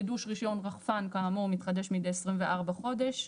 חידוש רישיון רחפן כאמור מתחדש מידי 24 חודש.